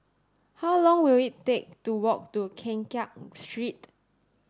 how long will it take to walk to Keng Kiat Street